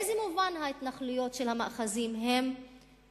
באיזה מובן ההתנחלויות של המאחזים הן